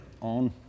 on